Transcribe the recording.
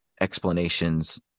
explanations